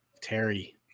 Terry